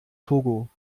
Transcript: togo